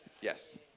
Yes